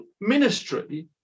ministry